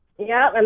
yeah,